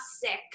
sick